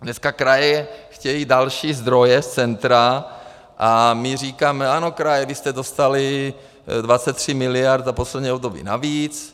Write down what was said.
Dneska kraje chtějí další zdroje z centra a my říkáme ano, kraje, vy jste dostaly 23 miliard za poslední období navíc.